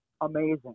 Amazing